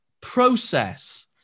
process